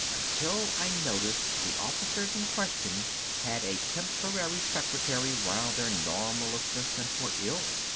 until i noticed the officers in question had a temporary secretary while their normal assistants were ill.